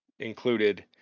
included